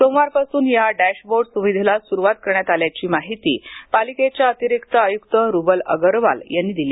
सोमवारपासून या डॅशबोर्ड सुविधेला सुरुवात करण्यात आल्याची माहिती पालिकेच्या अतिरीक्त आयुक्त रुबल अगरवाल यांनी दिली